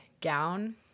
gown